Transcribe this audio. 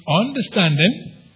understanding